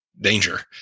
danger